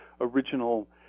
original